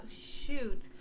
shoot